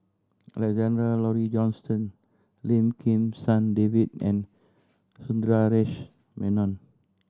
Alexander Laurie Johnston Lim Kim San David and Sundaresh Menon